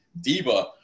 Diva